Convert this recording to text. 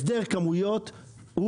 הסדר כמויות,